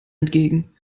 entgegen